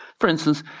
for instance,